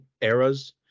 eras